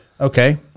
Okay